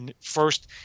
first